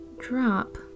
drop